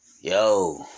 yo